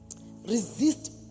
resist